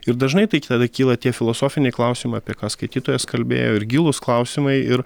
ir dažnai tik tada kyla tie filosofiniai klausimai apie ką skaitytojas kalbėjo ir gilūs klausimai ir